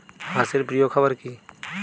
হাঁস এর প্রিয় খাবার কি?